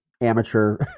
amateur